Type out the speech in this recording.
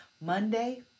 Monday